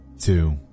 two